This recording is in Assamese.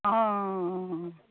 অঁ